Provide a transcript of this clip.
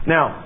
Now